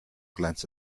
glanced